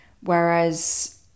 Whereas